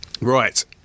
Right